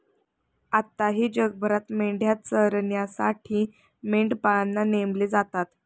आताही जगभरात मेंढ्या चरण्यासाठी मेंढपाळांना नेमले जातात